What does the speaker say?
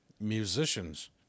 musicians